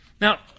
Now